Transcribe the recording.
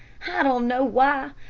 i don't know why,